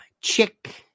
chick